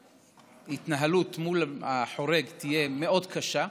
ההתנהלות מול החורג תהיה מאוד קשה.